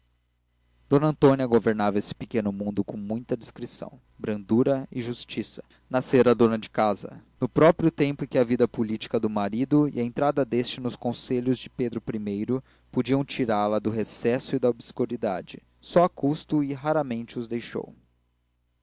d antônia governava esse pequeno mundo com muita discrição brandura e justiça nascera dona de casa no próprio tempo em que a vida política do marido e a entrada deste nos conselhos de pedro i podiam tirá la do recesso e da obscuridade só a custo e raramente os deixou